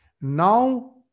now